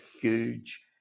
huge